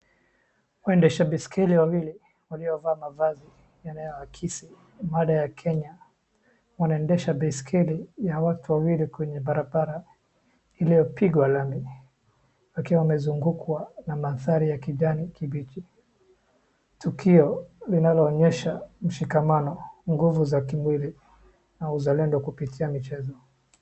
Waendesha basikeli wawili waliovaa mavazi yanayoakisi mada ya Kenya wanaendesha baskeli ya watu wawili kwenye barabara iliyopigwa lami. Wakiwa wamezungukwa na mandhari ya kijani kibichi. Tukio linaloonyesha mshikamano, nguvu za kimwil au uzalendo kupitia michezo.